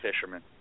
fisherman